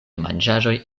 manĝaĵoj